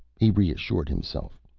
he reassured himself.